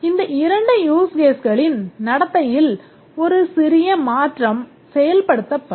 இந்த இரண்டு use caseகளின் நடத்தையில் ஒரு சிறிய மாற்றம் செயல்படுத்தப்படும்